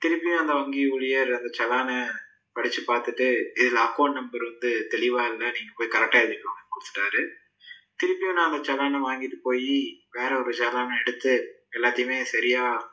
திரும்பியும் அந்த வங்கி ஊழியர் அந்த செலானை படித்து பார்த்துட்டு இதில் அக்கௌண்ட் நம்பர் வந்து தெளிவாக இல்லை நீங்கள் போய் கரெக்டாக எழுதிகிட்டு வாங்கன்னு கொடுத்துட்டாரு திரும்பியும் நான் அந்த செலானை வாங்கிகிட்டு போய் வேறு ஒரு செலானை எடுத்து எல்லாத்தையுமே சரியாக